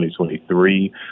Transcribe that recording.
2023